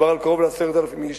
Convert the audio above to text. ומדובר על קרוב ל-10,000 איש.